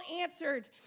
answered